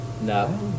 No